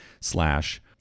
slash